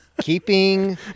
Keeping